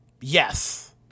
yes